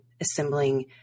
assembling